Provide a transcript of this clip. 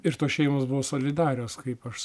ir tos šeimos buvo solidarios kaip aš